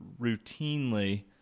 routinely